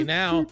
now